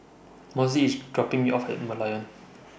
Mossie IS dropping Me off At Merlion